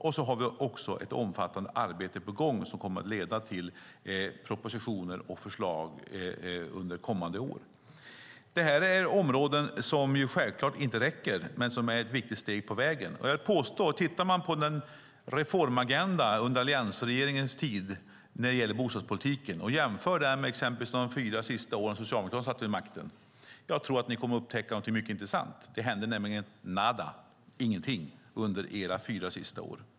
Vi har också ett omfattande arbete på gång som kommer att leda till propositioner och förslag under kommande år. Det här är förslag som självklart inte räcker men som är viktiga steg på vägen. Om man tittar på reformagendan när det gäller bostadspolitiken under Alliansens tid och jämför den med exempelvis de fyra sista åren som Socialdemokraterna satt vid makten kommer man att upptäcka någonting mycket intressant. Det hände nämligen nada, ingenting, under era fyra sista år.